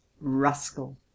rascal